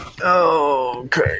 Okay